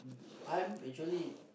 I'm actually